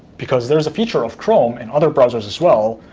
because there is a feature of chrome and other browsers as well